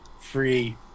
free